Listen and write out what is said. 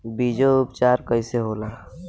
बीजो उपचार कईसे होला?